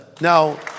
Now